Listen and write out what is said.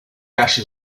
ashes